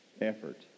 effort